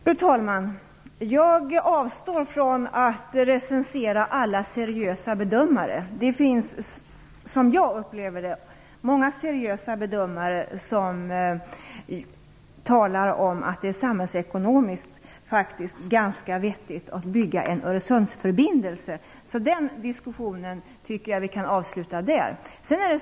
Fru talman! Jag avstår från att recensera alla seriösa bedömare. Det finns, som jag upplever det, många seriösa bedömare som talar om att det samhällsekonomiskt faktiskt är ganska vettigt att bygga en Öresundsförbindelse. Den diskussionen tycker jag att vi kan avsluta där.